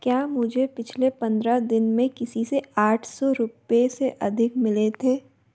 क्या मुझे पिछले पंद्रह दिन में किसी से आठ सौ रुपये से अधिक मिले थे